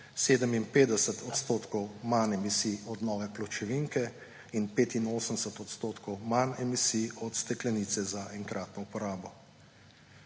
57 odstotkov manj emisij od nove pločevinke in 85 odstotkov manj emisij od steklenice za enkratno uporabo.